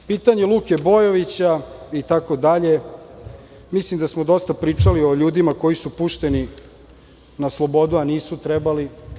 Pitanje Luke Bojovića itd, mislim da smo dosta pričali o ljudima koji su pušteni na slobodu, a nisu trebali.